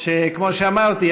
שכמו שאמרתי,